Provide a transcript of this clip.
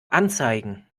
anzeigen